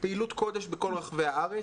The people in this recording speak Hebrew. פעילות קודש בכל רחבי הארץ.